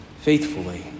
faithfully